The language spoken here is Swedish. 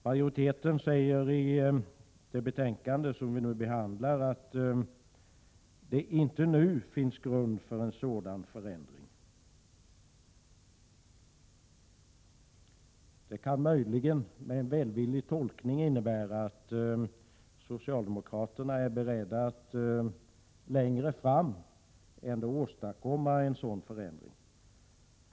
Majoriteten säger i det betänkande som vi nu behandlar att det inte nu finns grund för en sådan förändring. Det kan möjligen med en välvillig tolkning innebära att socialdemokraterna är beredda att längre fram ändå åstadkomma en sådan förändring.